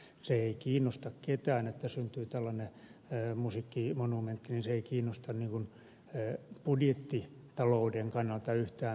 se ei kiinnosta ketään että syntyy tällainen musiikkimonumentti se ei kiinnosta budjettitalouden kannalta yhtään mitenkään